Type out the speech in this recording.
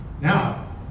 Now